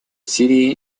сирии